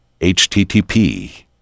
http